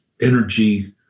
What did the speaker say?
energy